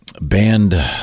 band